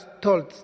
told